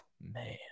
Man